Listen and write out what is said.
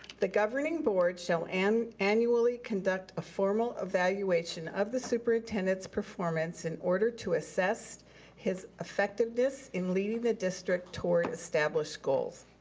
the governing board shall and annually conduct a formal evaluation of the superintendent's performance performance in order to assess his effectiveness in leading the district toward established goals.